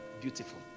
beautiful